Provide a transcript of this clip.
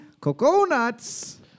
coconuts